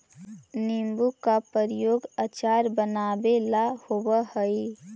नींबू का प्रयोग अचार बनावे ला होवअ हई